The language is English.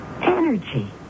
Energy